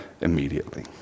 immediately